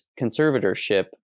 conservatorship